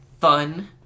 fun